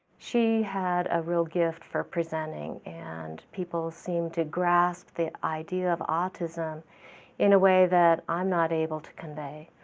she had a real gift for presenting and people seemed to grasp the idea of autism in a way that i am not able to convey.